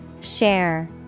Share